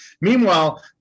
meanwhile